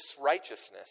righteousness